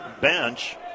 bench